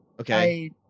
Okay